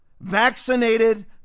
vaccinated